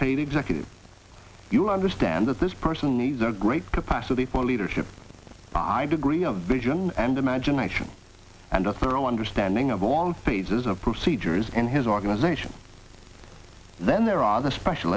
paid executive you understand that this person needs a great capacity for leadership i do agree a vision and imagination and a thorough understanding of all phases of procedures in his organization then there are the special